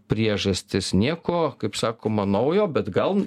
priežastis nieko kaip sakoma naujo bet gal